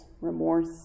remorse